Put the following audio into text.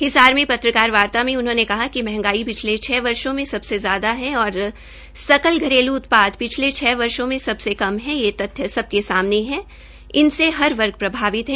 हिमसार में पत्रकारवार्ता में उन्होंने कहा कि मंहगाई पिछले छ वर्षो में सबसे ज्यादा है और सकल घरेलू उत्पाद पिछले छ वर्षो में सबसे कम है यह तथ्य सबके सामने है इनमें हर वर्ग प्रभावित है